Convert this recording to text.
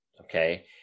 okay